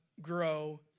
grow